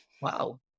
wow